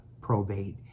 probate